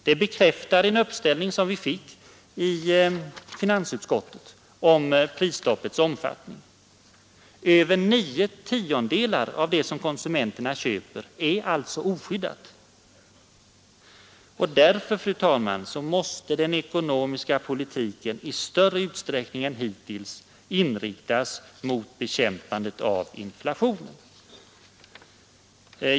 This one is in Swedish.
Det bekräftar en uppställning som vi fick i finansutskottet om prisstoppets omfattning. Över nio tiondelar av det som konsumenterna köper är alltså oskyddat! Därför måste den ekonomiska politiken i större utsträckning än hittills inriktas mot bekämpandet av inflationen.